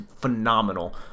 phenomenal